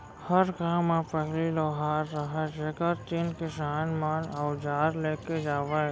हर गॉंव म पहिली लोहार रहयँ जेकर तीन किसान मन अवजार लेके जावयँ